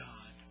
God